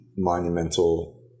monumental